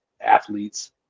athletes